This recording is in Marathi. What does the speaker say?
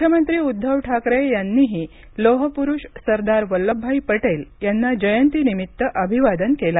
मुख्यमंत्री उद्धव ठाकरे यांनीही लोहपुरूष सरदार वल्लभभाई पटेल यांना जयंतीनिमित्त अभिवादन केलं